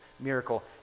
miracle